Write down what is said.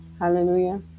hallelujah